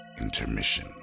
intermission